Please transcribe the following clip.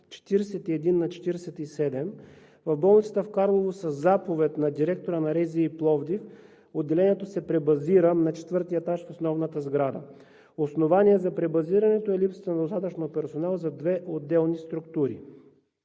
41 на 47 в болницата в Карлово със заповед на директора на РЗИ – Пловдив, отделението се пребазира на ІV етаж в основната сграда. Основание за пребазирането е липсата на достатъчно персонал за две отделни структури.